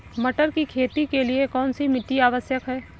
मटर की खेती के लिए कौन सी मिट्टी आवश्यक है?